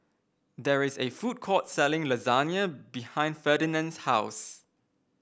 there is a food court selling Lasagne behind Ferdinand's house